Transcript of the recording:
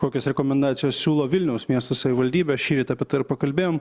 kokias rekomendacijas siūlo vilniaus miesto savivaldybė šįryt apie tai ir pakalbėjom